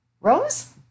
rose